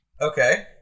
Okay